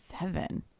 seven